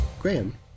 Graham